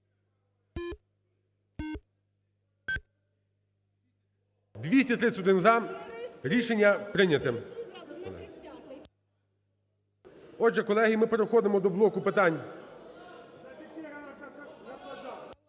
231 – за. Рішення прийняте. Отже, колеги, ми переходимо до блоку питань…